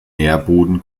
nährboden